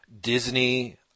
Disney